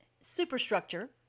superstructure